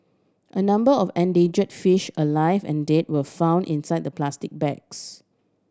a number of endanger fish alive and dead were found inside the plastic bags